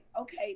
okay